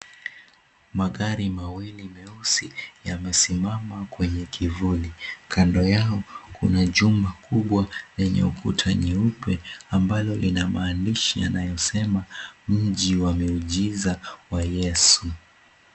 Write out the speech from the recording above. Magari mawili meusi yamesimama kwenye kivuli, kando yao kuna jumba kubwa lenye ukuta nyeupe ambayo ina maandishi yanayosema mji wa miujiza wa Yesu.